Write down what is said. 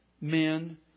men